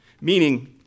Meaning